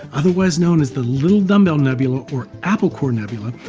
otherwise known as the little dumbbell nebula, or apple core nebula,